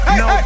no